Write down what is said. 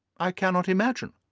i cannot imagine.